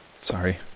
Sorry